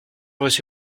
reçu